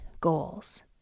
goals